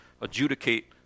adjudicate